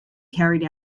carried